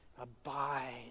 abide